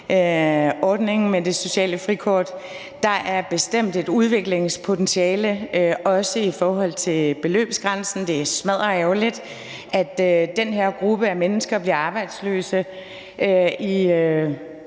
ordningen med det sociale frikort. Der er bestemt et udviklingspotentiale, også i forhold til beløbsgrænsen. Det er smadderærgerligt, at den her gruppe af mennesker bliver arbejdsløse i